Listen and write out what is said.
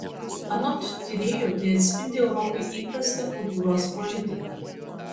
anot tyrėjų tai atspindi europai įprastą kultūros politiką